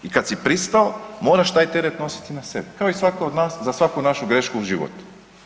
I kada si pristao moraš taj teret nositi na sebi kao i svatko od nas za svaku našu grešku u životu.